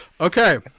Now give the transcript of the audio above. Okay